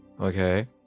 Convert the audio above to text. Okay